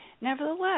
Nevertheless